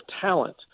talent